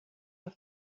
were